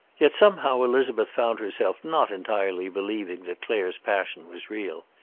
yet, somehow, elizabeth found herself not entirely believing that clare's passion was real.